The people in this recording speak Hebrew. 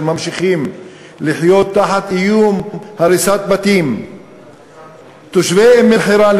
ממשיכים לחיות תחת איום הריסת בתים; תושבי אום-אלחיראן,